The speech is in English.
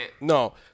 No